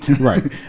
right